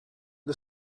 the